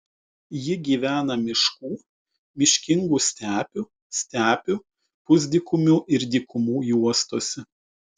ji gyvena miškų miškingų stepių stepių pusdykumių ir dykumų juostose